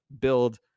build